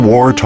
War